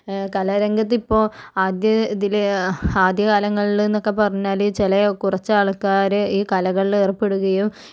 കലാ രംഗത്ത് ഇപ്പോൾ ആദ്യം ഇതിൽ ആദ്യകാലങ്ങളിലെന്നൊക്കെ പറഞ്ഞാൽ ചില കുറച്ച് ആൾക്കാർ ഈ കലകൾ ഏർപ്പെടുകയും